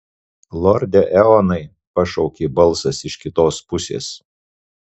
lorde eonai pašaukė balsas iš kitos pusės